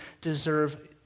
deserve